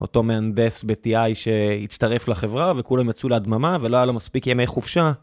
אותו מהנדס ב-TI שהצטרף לחברה וכולם יצאו להדממה ולא היה לו מספיק ימי חופשה.